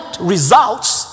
results